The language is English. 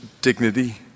dignity